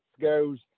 goes